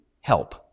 help